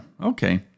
Okay